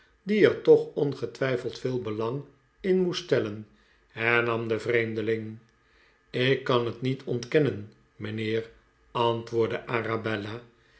die er toch ongetwijfeld veel belang in moest stellen hernam de vreemdeling ik kan het niet ontkennen mijnheer antwoordde arabella